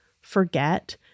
forget